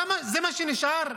זה מה שנשאר.